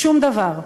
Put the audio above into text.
שום דבר.